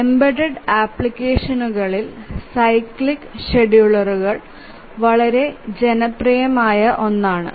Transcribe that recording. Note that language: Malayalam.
എംബെഡ്ഡ്ഡ് ആപ്ലിക്കേഷനുകളിൽ സൈക്ലിക് ഷെഡ്യൂളറുകൾ വളരെ ജനപ്രിയമാണ്